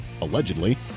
allegedly